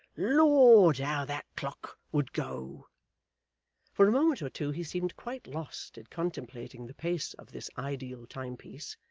lord, how that clock would go for a moment or two he seemed quite lost in contemplating the pace of this ideal timepiece,